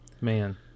Man